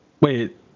Wait